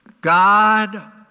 God